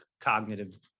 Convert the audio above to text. cognitive